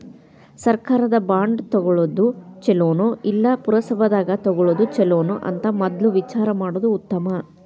ಸರ್ಕಾರದ ಬಾಂಡ ತುಗೊಳುದ ಚುಲೊನೊ, ಇಲ್ಲಾ ಪುರಸಭಾದಾಗ ತಗೊಳೊದ ಚುಲೊನೊ ಅಂತ ಮದ್ಲ ವಿಚಾರಾ ಮಾಡುದ ಉತ್ತಮಾ